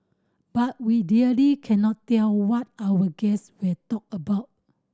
but we really can not tell what our guest will talk about